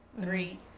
three